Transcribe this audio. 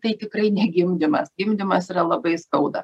tai tikrai ne gimdymas gimdymas yra labai skauda